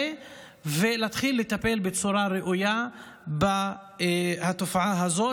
ולהתחיל לטפל בצורה ראויה בתופעה הזאת,